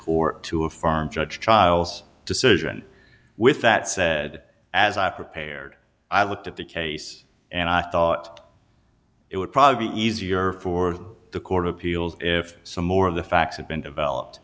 court to affirm judge chiles decision with that said as i prepared i looked at the case and i thought it would probably be easier for the court of appeals if some more of the facts have been developed